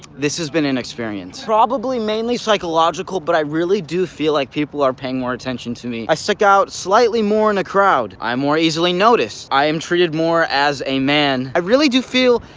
this has been an experience. probably mainly psychological, but i really do feel like people are paying more attention to me. i stick out slightly more in a crowd. i'm more easily noticed. i am treated more as a man. i really do feel,